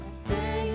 stay